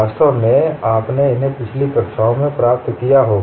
वास्तव में आपने इसे अपनी पिछली कक्षाओं में प्राप्त किया होगा